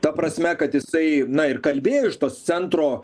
ta prasme kad jisai na ir kalbėjo iš tos centro